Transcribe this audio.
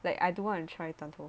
like I don't wanna try 长头发